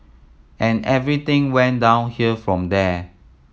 and everything went downhill from there